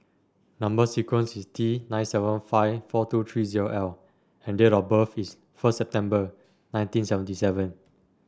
number sequence is T nine seven five four two three zero L and date of birth is first September nineteen seventy seven